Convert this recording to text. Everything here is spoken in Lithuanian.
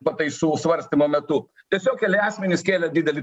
pataisų svarstymo metu tiesiog keli asmenys kėlė didelį